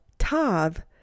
Tav